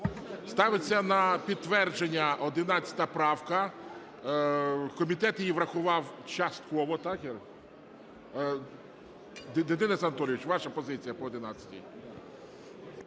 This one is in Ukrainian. Ставиться на підтвердження 11 правка. Комітет її врахувати частково. Так? Денисе Анатолійовичу, ваша позиція по 11-й.